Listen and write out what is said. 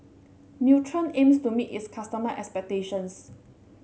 Nutren aims to meet its customer expectations